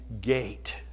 gate